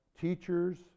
teachers